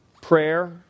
prayer